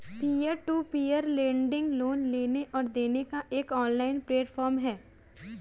peer to peer lending loan लेने और देने का एक ऑनलाइन प्लेटफ़ॉर्म है